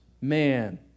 man